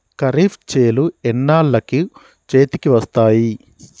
ఖరీఫ్ చేలు ఎన్నాళ్ళకు చేతికి వస్తాయి?